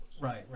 Right